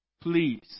please